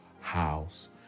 house